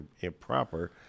improper